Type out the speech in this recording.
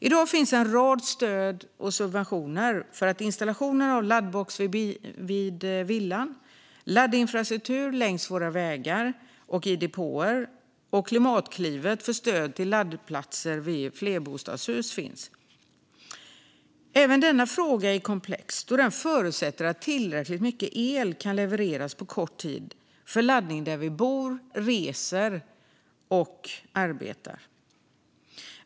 I dag finns en rad stöd och subventioner för installation av laddbox vid villan och av laddinfrastruktur längs våra vägar och vid depåer. Dessutom finns Klimatklivet för stöd till laddplatser vid flerbostadshus. Även denna fråga är komplex då detta förutsätter att tillräckligt mycket el kan levereras på kort tid för laddning där vi bor, reser och arbetar.